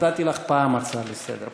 נתתי לך פעם אחת הצעה לסדר,